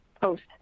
post